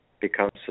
becomes